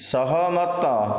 ସହମତ